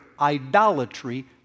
idolatry